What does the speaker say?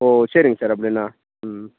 ஓ சரிங்க சார் அப்படின்னா ம்